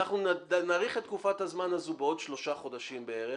אנחנו נאריך את תקופת הזמן הזו בעוד שלושה חודשים בערך,